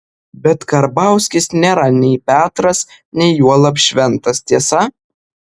bet karbauskis nėra nei petras nei juolab šventas tiesa